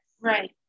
Right